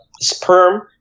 sperm